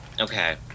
Okay